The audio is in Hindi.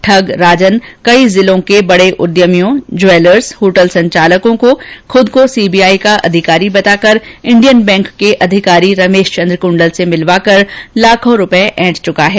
ठग राजन कई जिलों के बडे उद्यमियों ज्वैलर्स होटल संचालकों को खुद को सीबीआई का अधिकारी बताकर इंडियन बैंक के अधिकारी रमेशचंद्र कोंडल से मिलवाकर लाखो रूपए ऐंठ चुका है